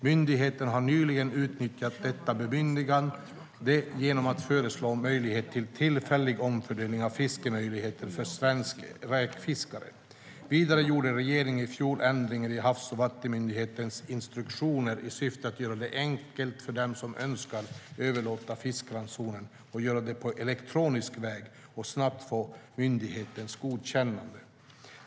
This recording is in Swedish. Myndigheten har nyligen utnyttjat detta bemyndigande genom att föreslå en möjlighet till tillfällig omfördelning av fiskemöjligheter för svenska räkfiskare. Vidare gjorde regeringen i fjol ändringar i Havs och vattenmyndighetens instruktioner, i syfte att göra det enkelt för dem som önskar överlåta fiskeransoner att göra det på elektronisk väg och snabbt få myndighetens godkännande.